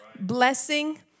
blessing